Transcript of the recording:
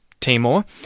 Timor